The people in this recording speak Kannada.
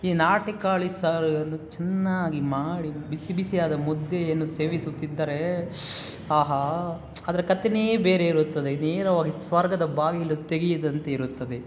ಈ ನಾಟಿ ಕಾಳಿ ಸಾರು ಅನ್ನು ಚೆನ್ನಾಗಿ ಮಾಡಿ ಬಿಸಿ ಬಿಸಿಯಾದ ಮುದ್ದೆಯನ್ನು ಸೇವಿಸುತ್ತಿದ್ದರೇ ಆಹಾ ಅದ್ರ ಕಥೆನೇ ಬೇರೆ ಇರುತ್ತದೆ ನೇರವಾಗಿ ಸ್ವರ್ಗದ ಬಾಗಿಲು ತೆಗಿದಂತೆ ಇರುತ್ತದೆ